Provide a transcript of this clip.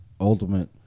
ultimate